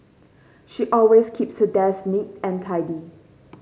she always keeps her desk neat and tidy